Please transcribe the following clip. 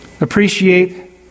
appreciate